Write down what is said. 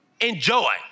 Enjoy